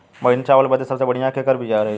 महीन चावल बदे सबसे बढ़िया केकर बिया रही?